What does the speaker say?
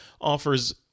offers